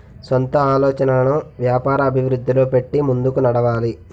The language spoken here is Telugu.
సొంత ఆలోచనలను వ్యాపార అభివృద్ధిలో పెట్టి ముందుకు నడవాలి